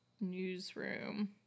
newsroom